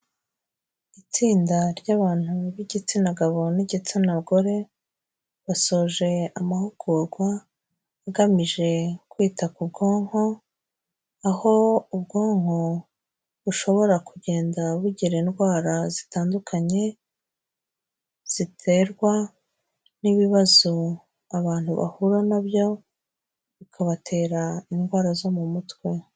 Itsinda ry'abantu b'igitsina gabo n'igitsina gore basoje amahugurwa agamije kwita ku bwonko, aho ubwonko bushobora kugenda bugira indwara zitandukanye, ziterwa n'ibibazo abantu bahura na byo bikabatera indwara zo mu mutwe.